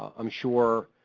i'm sure,